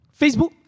Facebook